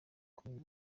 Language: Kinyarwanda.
kumenya